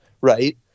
right